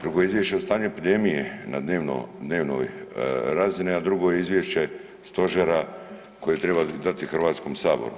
Drugo je izvješće o stanju epidemije na dnevnoj razini, a drugo je Izvješće Stožera koje treba dati Hrvatskom saboru.